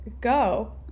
go